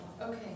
Okay